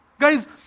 Guys